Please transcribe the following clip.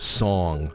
song